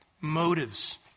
Motives